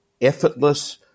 effortless